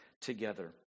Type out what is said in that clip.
together